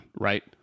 right